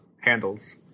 handles